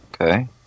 Okay